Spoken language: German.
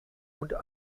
und